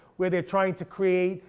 where they're trying to create,